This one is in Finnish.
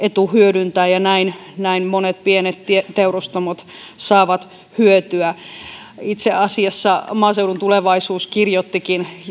etu hyödyntää ja näin näin monet pienteurastamot saavat hyötyä itse asiassa maaseudun tulevaisuudessa olikin kirjoitettu